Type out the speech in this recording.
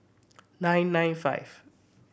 nine nine five